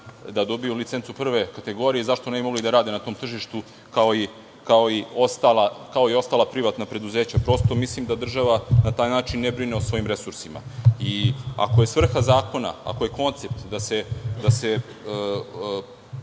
da dobiju licencu prve kategorije, zašto ne bi mogli da rade na tom tržištu, kao i ostala privatna preduzeća. Prosto, mislim da država na taj način ne brine o svojim resursima. Ako je svrha zakona, ako je koncept da se